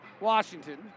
Washington